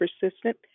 persistent